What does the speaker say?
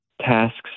tasks